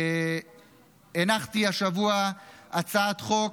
הנחתי השבוע הצעת חוק,